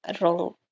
wrong